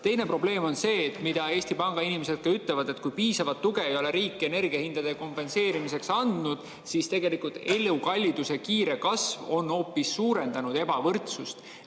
Teine probleem on see, mida Eesti Panga inimesed ka ütlevad, et kui riik ei ole piisavat tuge energiahindade kompenseerimiseks andnud, siis elukalliduse kiire kasv on hoopis suurendanud ebavõrdsust.